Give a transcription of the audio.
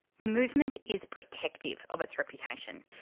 the movement is protective of its reputation.